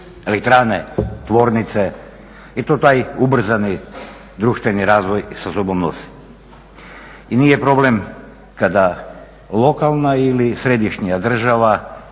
elektrane, tvornice i to taj ubrzani društveni razvoj sa sobom nosi. I nije problem kada lokalna ili središnja država